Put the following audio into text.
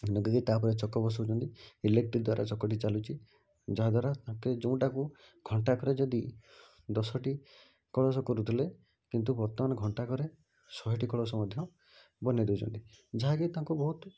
ଏମତିକି ତାପରେ ଚକ ବସାଉଛନ୍ତି ଇଲେକ୍ଟ୍ରିକ ଦ୍ୱାରା ଚକଟି ଚାଲୁଛି ଯାହାଦ୍ୱାରା ଯେଉଁଟାକୁ ଘଣ୍ଟାକରେ ଯଦି ଦଶଟି କଳସ କରୁଥିଲେ କିନ୍ତୁ ବର୍ତ୍ତମାନ ଘଣ୍ଟାକରେ ଶହେଟି କଳସ ମଧ୍ୟ ବନାଇଦେଉଛନ୍ତି ଯାହାକି ତାଙ୍କୁ ବହୁତ